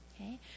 Okay